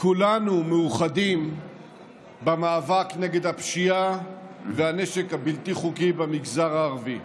כולנו מאוחדים במאבק נגד הפשיעה והנשק הבלתי-חוקי במגזר הערבי,